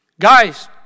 Guys